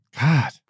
God